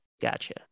Gotcha